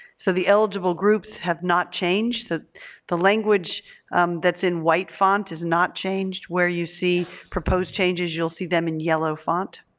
so the eligible groups have not changed. so the language that's in white font is not changed, where you see proposed changes you'll see them in yellow font.